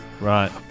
Right